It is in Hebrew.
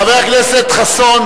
חבר הכנסת חסון,